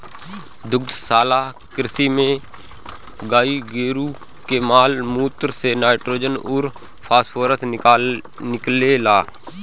दुग्धशाला कृषि में गाई गोरु के माल मूत्र से नाइट्रोजन अउर फॉस्फोरस निकलेला